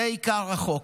זה עיקר החוק.